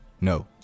no